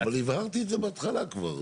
והבהרתי את זה בהתחלה כבר.